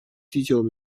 第九